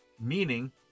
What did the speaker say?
meaning